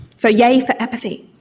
so yay for apathy.